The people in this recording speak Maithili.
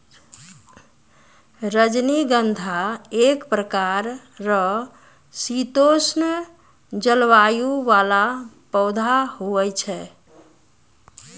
रजनीगंधा एक प्रकार रो शीतोष्ण जलवायु वाला पौधा हुवै छै